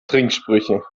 trinksprüche